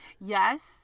Yes